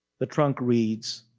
the trunk reads,